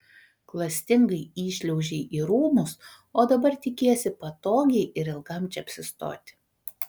klastingai įšliaužei į rūmus o dabar tikiesi patogiai ir ilgam čia apsistoti